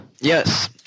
Yes